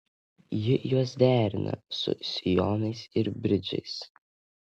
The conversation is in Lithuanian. ji juos derina su sijonais ir bridžais